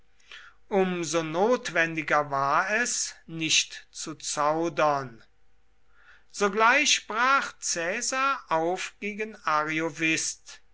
so notwendiger war es nicht zu zaudern sogleich brach caesar auf gegen